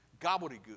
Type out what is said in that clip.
gobbledygook